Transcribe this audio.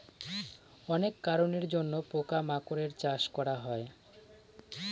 অনেক কারনের জন্য পোকা মাকড়ের চাষ করা হয়